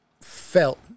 felt